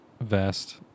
vest